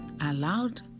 allowed